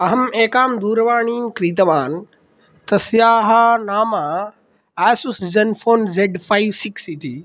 अहम् एकां दूरवाणीं क्रीतवान् तस्याः नाम Asus Zenfone Z five six इति